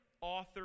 author